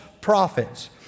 prophets